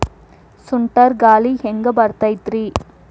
ಸುಂಟರ್ ಗಾಳಿ ಹ್ಯಾಂಗ್ ಬರ್ತೈತ್ರಿ?